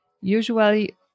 Usually